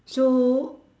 so